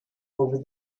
over